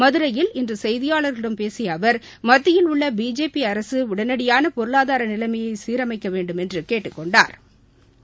மதுரை இன்று செய்தியாளா்களிடம் பேசிய அவா் மத்தியில் உள்ள பிஜேபி அரசு உடனடியான பொருளாதார நிலைமையை சீரமைக்க வேண்டுமென்று கேட்டுக் கொண்டாா்